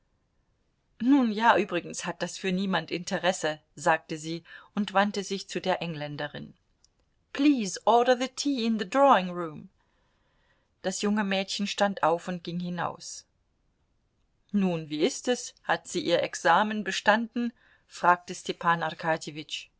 nun ja übrigens hat das für niemand interesse sagte sie und wandte sich zu der engländerin please order the tea in the drawing room das junge mädchen stand auf und ging hinaus nun wie ist es hat sie ihr examen bestanden fragte stepan